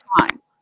time